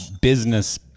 business